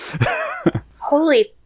Holy